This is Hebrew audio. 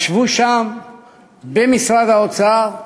ישנו שם במשרד האוצר,